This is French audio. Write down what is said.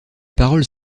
paroles